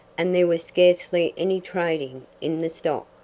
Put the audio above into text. and there was scarcely any trading in the stock.